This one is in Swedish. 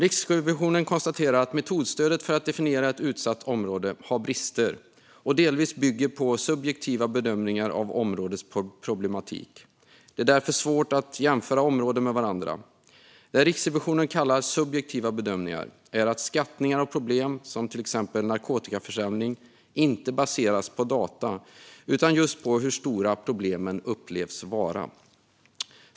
Riksrevisionen konstaterar att metodstödet för att definiera ett utsatt område har brister och delvis bygger på subjektiva bedömningar av områdets problematik. Det är därför svårt att jämföra områden med varandra. Det Riksrevisionen kallar subjektiva bedömningar är skattningar av problem, till exempel narkotikaförsäljning, som inte baseras på data utan just på hur stora problemen upplevs vara.